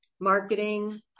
marketing